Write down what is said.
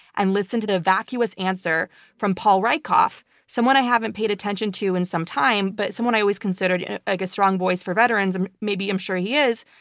and listen to the vacuous answer from paul rieckhoff, someone i haven't paid attention to in some time, but someone i always considered and like a strong voice for veterans. maybe i'm sure he is,